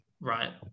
right